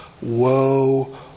woe